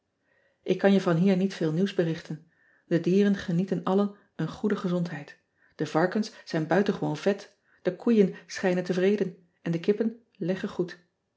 k kan je van hier niet veel nieuws berichten e dieren genieten alle een goede gezondheid e varkens zijn buitengewoon vet de koeien schijnen tevreden en de kippen leggen goed